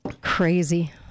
crazy